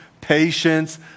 patience